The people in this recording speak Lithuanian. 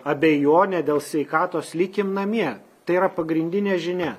abejonė dėl sveikatos likim namie tai yra pagrindinė žinia